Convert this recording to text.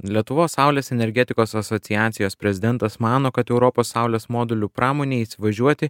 lietuvos saulės energetikos asociacijos prezidentas mano kad europos saulės modulių pramonei įsivažiuoti